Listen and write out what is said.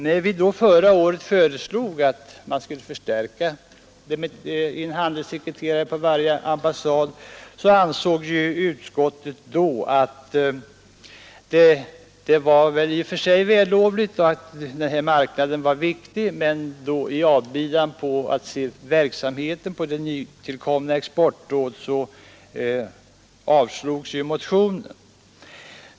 När vi förra året föreslog en förstärkning med en handelssekreterare på varje ambassad, ansåg utskottet att detta i och för sig var vällovligt och att marknaden var riktig, men i avbidan på att man kunde se resultat av det nytillkomna exportrådets verksamhet avslogs motionen.